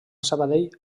sabadell